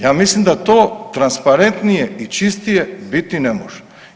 Ja mislim da to transparentnije i čistije biti ne može.